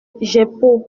jeppo